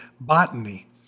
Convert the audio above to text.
botany